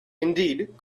indeed